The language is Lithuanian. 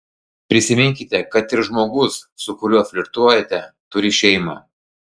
prisiminkite kad ir žmogus su kuriuo flirtuojate turi šeimą